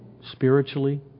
spiritually